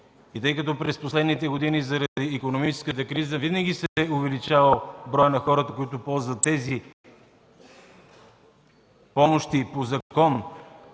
Тъй като през последните години заради икономическата криза винаги се е увеличавал броят на хората, ползващи тези помощи по закон,